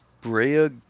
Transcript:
Brea